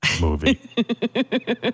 movie